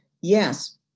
Yes